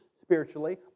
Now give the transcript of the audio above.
spiritually